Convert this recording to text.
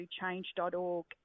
change.org